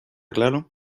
claro